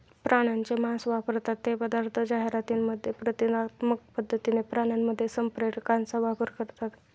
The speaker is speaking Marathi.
प्राण्यांचे मांस वापरतात ते पदार्थ जाहिरातींमध्ये प्रतिकात्मक पद्धतीने प्राण्यांमध्ये संप्रेरकांचा वापर करतात